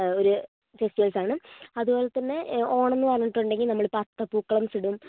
ആ ഒര് ഫെസ്റ്റിവൽസാണ് അതുപോലെതന്നെ ഓണം എന്ന് പറഞ്ഞിട്ടുണ്ടെങ്കിൽ നമ്മളിപ്പോൾ അത്തപ്പൂക്കളം ഇടും